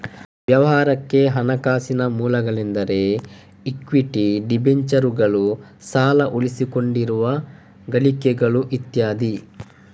ವ್ಯವಹಾರಕ್ಕೆ ಹಣಕಾಸಿನ ಮೂಲಗಳೆಂದರೆ ಇಕ್ವಿಟಿ, ಡಿಬೆಂಚರುಗಳು, ಸಾಲ, ಉಳಿಸಿಕೊಂಡಿರುವ ಗಳಿಕೆಗಳು ಇತ್ಯಾದಿ